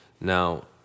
Now